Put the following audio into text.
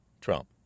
Trump